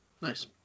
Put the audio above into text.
Nice